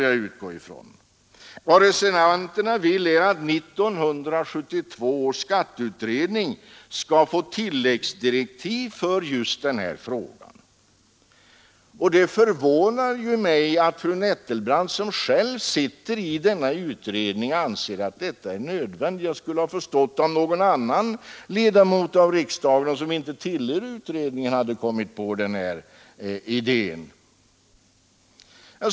Vad reservanterna vill är att 1972 års skatteutredning skall få tilläggsdirektiv som innebär att den skall ta upp just denna fråga. Det förvånar mig att fru Nettelbrandt, som själv sitter i denna utredning, anser att detta är nödvändigt. Jag skulle ha förstått om någon annan ledamot i riksdagen, som inte tillhör utredningen, hade kommit på den idén.